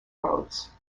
roads